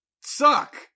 suck